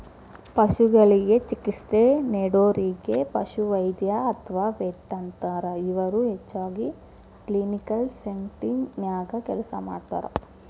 ಪಶುಗಳಿಗೆ ಚಿಕಿತ್ಸೆ ನೇಡೋರಿಗೆ ಪಶುವೈದ್ಯ ಅತ್ವಾ ವೆಟ್ ಅಂತಾರ, ಇವರು ಹೆಚ್ಚಾಗಿ ಕ್ಲಿನಿಕಲ್ ಸೆಟ್ಟಿಂಗ್ ನ್ಯಾಗ ಕೆಲಸ ಮಾಡ್ತಾರ